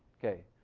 okay.